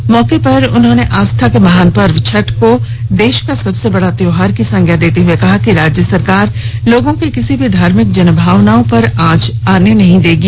इस मौके पर उन्होंने आस्था के महान पर्व छठ को देश का सबसे बड़े त्योहार की संज्ञा देते हुए कहा कि राज्य सरकार लोगों के किसी भी धार्मिक जनभावनाओं पर आंच आने नहीं देगी